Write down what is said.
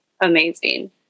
Amazing